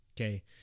okay